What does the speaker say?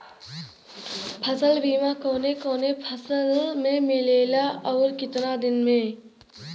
फ़सल बीमा कवने कवने फसल में मिलेला अउर कितना दिन में?